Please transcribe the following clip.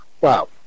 Wow